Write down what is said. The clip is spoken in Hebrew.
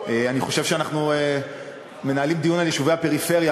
אני חושב שאנחנו מנהלים דיון על יישובי הפריפריה,